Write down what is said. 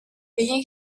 биеийн